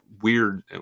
weird